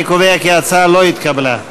אני קובע כי ההצעה לא התקבלה.